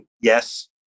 yes